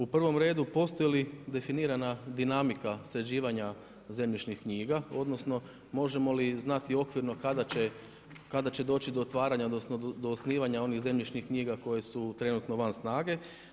U prvo redu postoji li definirana dinamika sređivanja zemljišnih knjiga odnosno možemo li znati okvirno kada će doći do otvaranja odnosno do osnivanja onih zemljišnih knjiga koje su trenutno van snage.